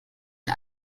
die